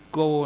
go